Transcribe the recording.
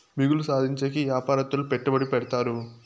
మిగులు సాధించేకి యాపారత్తులు పెట్టుబడి పెడతారు